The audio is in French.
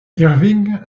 irving